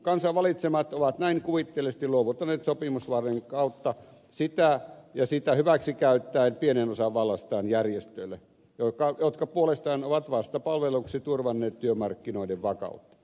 kansan valitsemat ovat näin kuvitteellisesti luovuttaneet sopimusvarojen kautta ja sitä hyväksi käyttäen pienen osan vallastaan järjestöille jotka puolestaan ovat vastapalvelukseksi turvanneet työmarkkinoiden vakautta